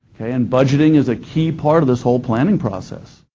okay, and budgeting is a key part of this whole planning process.